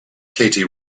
katie